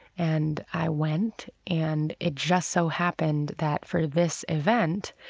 and i went and it just so happened that, for this event,